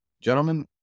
Gentlemen